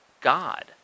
God